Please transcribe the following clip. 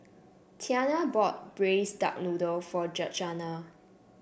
Tianna bought Braised Duck Noodle for Georgeanna